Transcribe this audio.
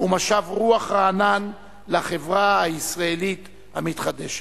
ומשב רוח רענן לחברה הישראלית המתחדשת.